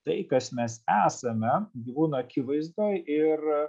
tai kas mes esame gyvūno akivaizdoj ir